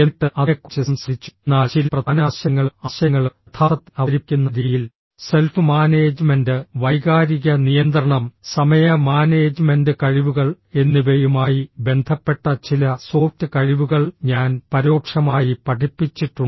എന്നിട്ട് അതിനെക്കുറിച്ച് സംസാരിച്ചു എന്നാൽ ചില പ്രധാന ആശയങ്ങളും ആശയങ്ങളും യഥാർത്ഥത്തിൽ അവതരിപ്പിക്കുന്ന രീതിയിൽ സെൽഫ് മാനേജ്മെന്റ് വൈകാരിക നിയന്ത്രണം സമയ മാനേജ്മെന്റ് കഴിവുകൾ എന്നിവയുമായി ബന്ധപ്പെട്ട ചില സോഫ്റ്റ് കഴിവുകൾ ഞാൻ പരോക്ഷമായി പഠിപ്പിച്ചിട്ടുണ്ട്